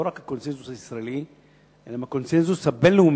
לא רק הקונסנזוס הישראלי אלא הקונסנזוס הבין-לאומי.